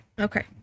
Okay